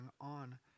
on